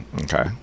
Okay